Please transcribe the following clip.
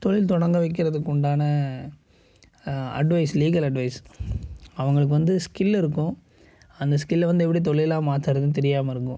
தொழில் தொடங்க வைக்கிறதுக்கு உண்டான அட்வைஸ் லீகல் அட்வைஸ் அவங்களுக்கு வந்து ஸ்கில் இருக்கும் அந்த ஸ்கில்லை வந்து எப்படி தொழிலாக மாற்றுறதுன்னு தெரியாமல் இருந்தோம்